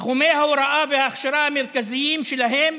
תחומי ההוראה וההכשרה המרכזיים שלהם